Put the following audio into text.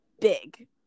big